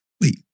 Wait